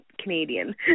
Canadian